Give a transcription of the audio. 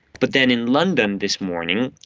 but then in london this morning,